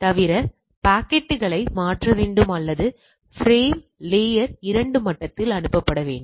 தவிர பாக்கெட்டுகளை மாற்ற வேண்டும் அல்லது பிரேம் லேயர் 2 மட்டத்தில் அனுப்பப்பட வேண்டும்